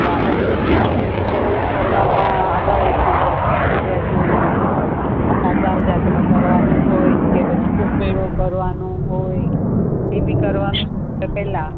ના આપણે ગુજરાતી લોકો બધે ફરવામાં આગળ એક નંબર ગુજરાતીઓને તો ચારધામ જાત્રા કરવાની હોય કે પછી કુંભ મેળો કરવાનો હોય જે બી કરવાનું તે પેલ્લા